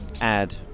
add